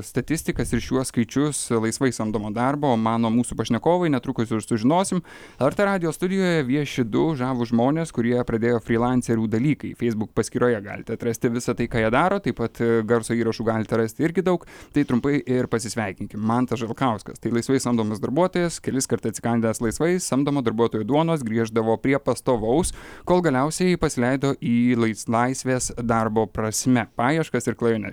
statistikas ir šiuos skaičius laisvai samdomo darbo mano mūsų pašnekovai netrukus ir sužinosim lrt radijo studijoje vieši du žavūs žmonės kurie pradėjo frylancerių dalykai facebook paskyroje galite atrasti visa tai ką jie daro taip pat garso įrašų galite rasti irgi daug tai trumpai ir pasisveikinkim mantas žalkauskas tai laisvai samdomas darbuotojas keliskart atsikandęs laisvai samdomo darbuotojo duonos grįždavo prie pastovaus kol galiausiai pasileido į lais laisvės darbo prasme paieškas ir klajones